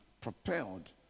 propelled